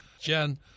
Jen